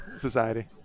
society